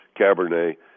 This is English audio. Cabernet